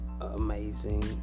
amazing